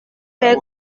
faire